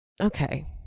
Okay